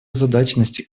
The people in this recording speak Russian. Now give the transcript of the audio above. озабоченности